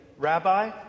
Rabbi